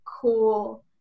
cool